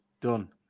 Done